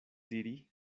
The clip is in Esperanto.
diri